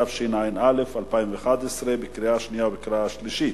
התשע"א 2011, קריאה שנייה וקריאה שלישית.